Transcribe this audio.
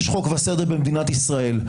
יש חוק וסדר במדינת ישראל.